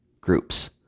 groups